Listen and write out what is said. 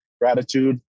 gratitude